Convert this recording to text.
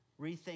rethink